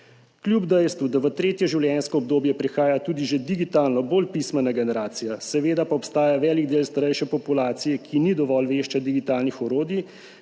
Kljub dejstvu, da v tretje življenjsko obdobje prihaja tudi že digitalno bolj pismena generacija, seveda obstaja velik del starejše populacije, ki ni dovolj vešča digitalnih orodij,